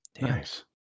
Nice